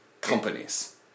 companies